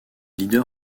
leader